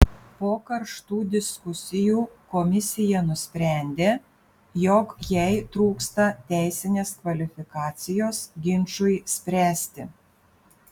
po karštų diskusijų komisija nusprendė jog jai trūksta teisinės kvalifikacijos ginčui spręsti